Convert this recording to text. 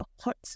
hot